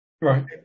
Right